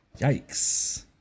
Yikes